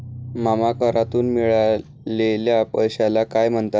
मामा करातून मिळालेल्या पैशाला काय म्हणतात?